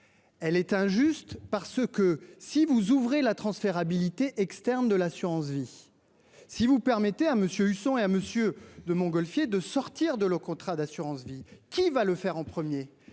Elle est injuste parce que si vous ouvrez la transférabilité externe de l'assurance vie. Si vous permettez à monsieur Husson est à monsieur de Montgolfier de sortir de l'eau. Contrat d'assurance-vie qui va le faire en premier